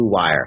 BLUEWIRE